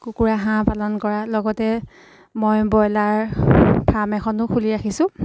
কুকুৰা হাঁহ পালন কৰা লগতে মই ব্ৰইলাৰ ফাৰ্ম এখনো খুলি ৰাখিছোঁ